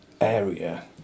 area